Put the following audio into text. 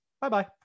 Bye-bye